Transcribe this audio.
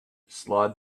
slide